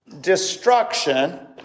destruction